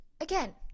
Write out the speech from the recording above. again